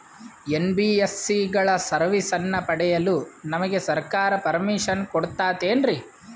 NBSC ಗಳ ಸರ್ವಿಸನ್ನ ಪಡಿಯಲು ನಮಗೆ ಸರ್ಕಾರ ಪರ್ಮಿಷನ್ ಕೊಡ್ತಾತೇನ್ರೀ?